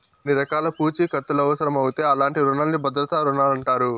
కొన్ని రకాల పూఛీకత్తులవుసరమవుతే అలాంటి రునాల్ని భద్రతా రుణాలంటారు